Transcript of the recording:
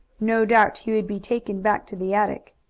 no doubt he would be taken back to the attic.